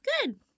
Good